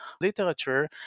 literature